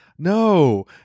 no